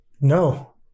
No